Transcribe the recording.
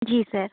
जी sir